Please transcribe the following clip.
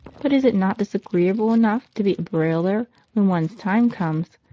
but is it not disagreeable enough to be a broiler when one's time comes,